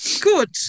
Good